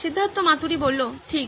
সিদ্ধার্থ মাতুরি ঠিক